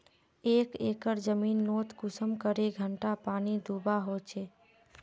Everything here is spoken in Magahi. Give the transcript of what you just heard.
एक एकर जमीन नोत कुंसम करे घंटा पानी दुबा होचए?